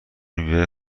میوه